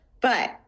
but-